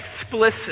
explicit